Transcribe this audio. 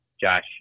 Josh